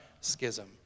schism